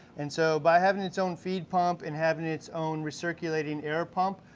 and so by having its own feed pump, and having its own recirculating air pump,